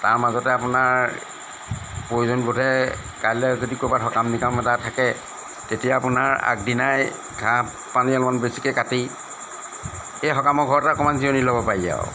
তাৰ মাজতে আপোনাৰ প্ৰয়োজন বোধে কাইলে যদি ক'ৰবাত সকাম নিকাম এটা থাকে তেতিয়া আপোনাৰ আগদিনাই ঘাঁহ পানী অলপমান বেছিকে কাটি এই সকামৰ ঘৰতে অকণমান জিৰণি ল'ব পাৰি আৰু